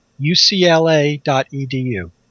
ucla.edu